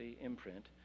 imprint